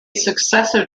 successive